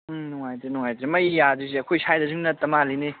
ꯎꯝ ꯅꯨꯡꯉꯥꯏꯇ꯭ꯔꯦ ꯅꯨꯡꯉꯥꯏꯇ꯭ꯔꯦ ꯃꯩ ꯌꯥꯗ꯭ꯔꯤꯁꯦ ꯑꯩꯈꯣꯏ ꯁ꯭ꯋꯥꯏꯗꯁꯤꯡ ꯅꯠꯇ ꯃꯥꯜꯂꯤꯅꯦ